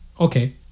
okay